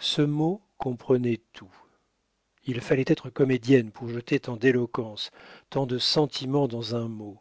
ce mot comprenait tout il fallait être comédienne pour jeter tant d'éloquence tant de sentiments dans un mot